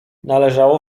należało